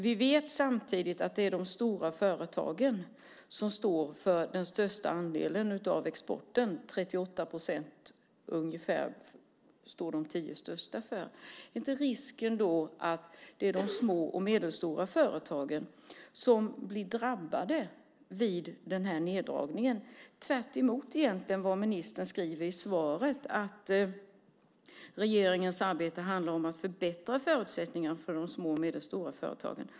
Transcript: Vi vet samtidigt att det är de stora företagen som står för den största andelen av exporten. De tio största står för ungefär 38 procent. Är inte risken då att det är de små och medelstora företagen som blir drabbade vid den här neddragningen? Det är egentligen tvärtemot vad ministern skriver i svaret, att regeringens arbete handlar om att förbättra förutsättningarna för de små och medelstora företagen.